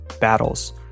Battles